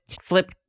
flip, –